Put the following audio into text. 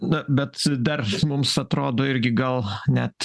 na bet dar mums atrodo irgi gal net